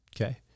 Okay